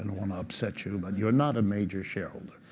and want to upset you, but you're not a major shareholder.